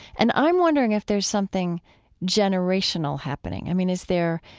and i'm wondering if there's something generational happening. i mean, is there,